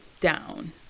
down